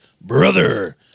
brother